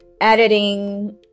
editing